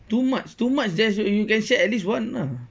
too much too much there's you can share at least one lah